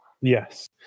yes